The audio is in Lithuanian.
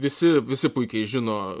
visi visi puikiai žino